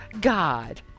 God